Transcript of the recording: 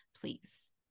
please